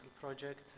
project